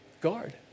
Guard